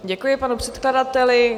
Děkuji panu předkladateli.